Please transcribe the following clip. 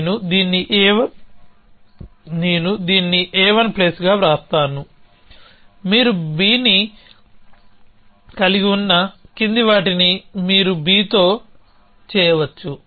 నేను దీన్ని a1 ప్లస్గా వ్రాస్తాను మీరు bని కలిగి ఉన్న క్రింది వాటిని మీరు bతో చేయవచ్చు